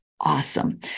awesome